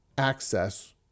Access